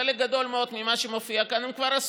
חלק גדול מאוד ממה שמופיע כאן הם כבר עשו,